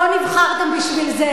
לא נבחרתם בשביל זה.